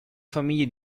famiglie